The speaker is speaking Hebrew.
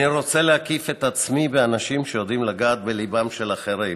/ אני רוצה להקיף את עצמי באנשים שיודעים לגעת בליבם של אחרים.